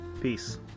peace